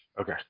Okay